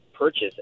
purchase